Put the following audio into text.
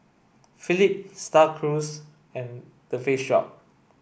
Philips Star Cruise and The Face Shop